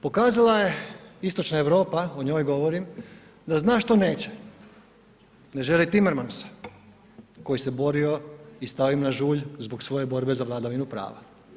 Pokazala je istočna Europa, o njoj govorim da zna što neće, ne želi Timmermansa koji se borio i stao im na žulj zbog svoje borbe za vladavinu prava.